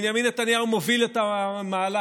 שבנימין נתניהו מוביל את המהלך.